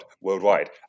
worldwide